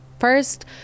First